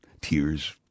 tears